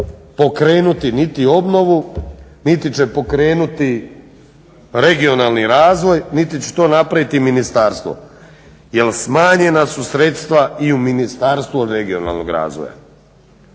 pokrenuti niti obnovu niti će pokrenuti regionalni razvoj, niti će to napraviti ministarstvo jer smanjena su sredstva i u Ministarstvu regionalnog razvoja,